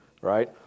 Right